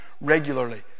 regularly